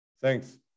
Thanks